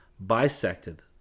bisected